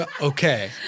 Okay